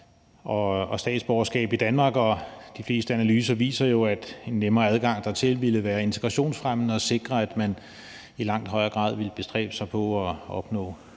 statsborgerskab i Danmark, og de fleste analyser viser jo, at en nemmere adgang dertil ville være integrationsfremmende og sikre, at man i langt højere grad ville bestræbe sig på at opnå